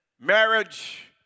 marriage